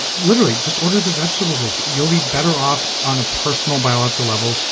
literally, just order the vegetable dish. you'll be better off on a personal biological level,